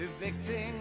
evicting